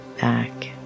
back